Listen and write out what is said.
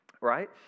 right